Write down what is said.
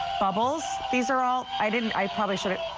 um abel's these are all i did and i